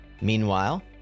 Meanwhile